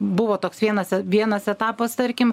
buvo toks vienas vienas etapas tarkim